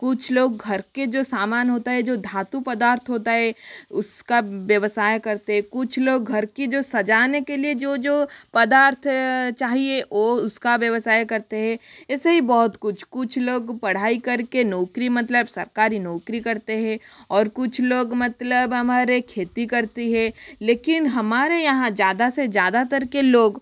कुछ लोग घर के जो सामान होता है जो धातु पदार्थ होता है उसका व्यवसाय करते कुछ लोग घर की जो सजाने के लिए जो जो पदार्थ चाहिए वो उसका व्यवसाय करते हैं ऐसे ही बहुत कुछ कुछ लोग पढ़ाई करके नौकरी मतलब सरकारी नौकरी करते है और कुछ लोग मतलब हमारे खेती करती है लेकिन हमारे यहाँ ज़्यादा से ज़्यादातर के लोग